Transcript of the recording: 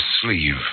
sleeve